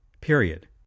period